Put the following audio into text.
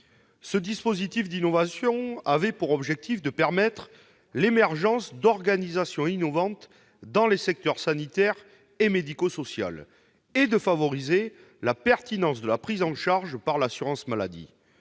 Ce dispositif d'innovation avait pour objectif de permettre l'émergence d'organisations innovantes dans les secteurs sanitaire et médico-social et de favoriser une prise en charge pertinente de la part de l'assurance maladie.